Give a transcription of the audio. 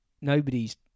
Nobody's